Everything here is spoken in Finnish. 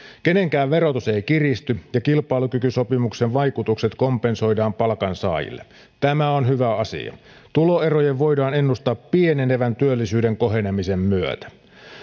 kenenkään verotus ei kiristy ja kilpailukykysopimuksen vaikutukset kompensoidaan palkansaajille tämä on hyvä asia tuloerojen voidaan ennustaa pienenevän työllisyyden kohenemisen myötä